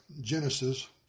Genesis